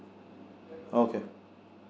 okay